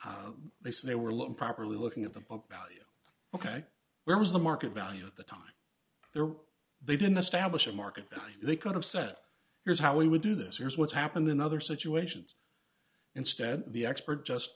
time they said they were looking properly looking at the book value ok where was the market value of the time there were they didn't establish a market they could have said here's how we would do this here's what's happened in other situations instead the expert just